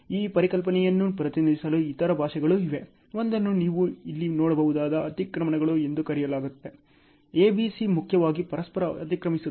ಈ ಪರಿಕಲ್ಪನೆಯನ್ನು ಪ್ರತಿನಿಧಿಸಲು ಇತರ ಪರಿಭಾಷೆಗಳೂ ಇವೆ ಒಂದನ್ನು ನೀವು ಇಲ್ಲಿ ನೋಡಬಹುದಾದ ಅತಿಕ್ರಮಣಗಳು ಎಂದು ಕರೆಯಲಾಗುತ್ತದೆ A B C ಮುಖ್ಯವಾಗಿ ಪರಸ್ಪರ ಅತಿಕ್ರಮಿಸುತ್ತದೆ